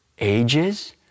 ages